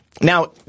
Now